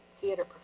theater